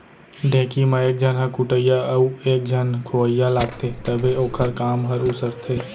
ढेंकी म एक झन ह कुटइया अउ एक झन खोवइया लागथे तभे ओखर काम हर उसरथे